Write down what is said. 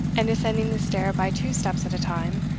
and ascending the stair by two steps at a time,